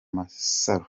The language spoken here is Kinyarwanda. masaro